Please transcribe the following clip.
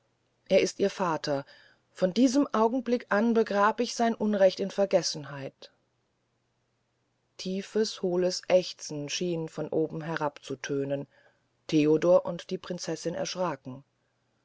er ist ihr vater von diesem augenblick an begrab ich sein unrecht in vergessenheit tiefes holes aechzen schien von oben herab zu tönen theodor und die prinzessin erschraken